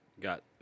Got